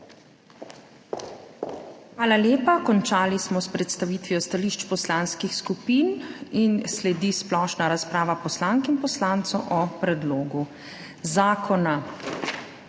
Hvala. Končali smo s predstavitvijo stališč poslanskih skupin. Sledi splošna razprava poslank in poslancev k predlogu